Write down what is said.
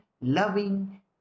loving